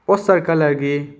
poster ꯀꯂꯔꯒꯤ